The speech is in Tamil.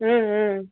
ம் ம்